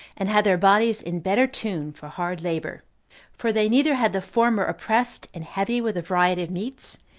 and had their bodies in better tune for hard labor for they neither had the former oppressed and heavy with variety of meats,